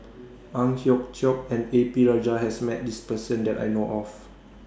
Ang Hiong Chiok and A P Rajah has Met This Person that I know of